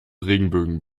regenbögen